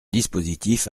dispositif